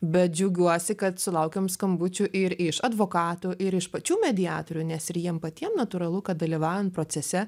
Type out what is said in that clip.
bet džiaugiuosi kad sulaukiam skambučių ir iš advokatų ir iš pačių mediatorių nes ir jiem patiem natūralu kad dalyvaujant procese